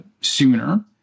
sooner